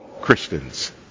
Christians